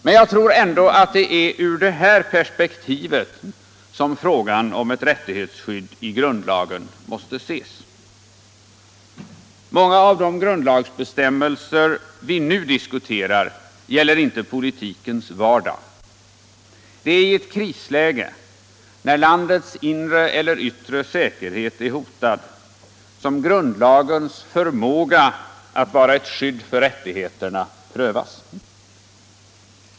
Men jag tror ändå att det är i det perspektivet som frågan om ett rättighetsskydd i grundlagen måste ses. Många av de grundlagsbestämmelser som vi nu diskuterar gäller inte politikens vardag. Det är i ett krisläge när landets inre eller yttre säkerhet är hotad som grundlagens förmåga att vara ett skydd för rättigheterna prövas.